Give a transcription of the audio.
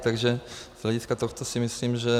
Takže z hlediska tohoto si myslím, že